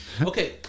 Okay